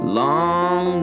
long